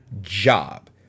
job